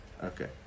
Okay